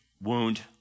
Wound